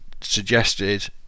suggested